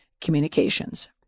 communications